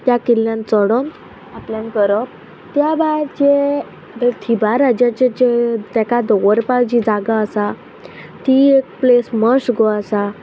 त्या किल्ल्यान चडोन आपल्यान करप त्या भायर जे थिबार राज्याचे जे तेका दवरपा जी जागा आसा ती एक प्लेस मस्ट गो आसा